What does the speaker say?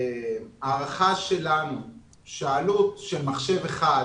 ההערכה שלנו היא שהעלות של מחשב אחד